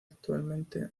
actualmente